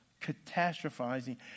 Catastrophizing